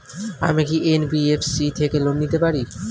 আমি কি এন.বি.এফ.সি থেকে লোন নিতে পারি?